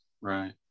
right